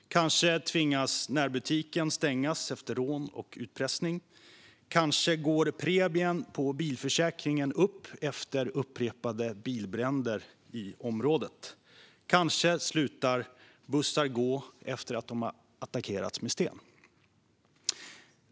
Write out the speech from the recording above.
Kanske tvingas närbutiken stänga efter rån och utpressning. Kanske går premien för bilförsäkringen upp efter upprepade bilbränder i området. Kanske slutar bussar att gå efter att de har attackerats med sten.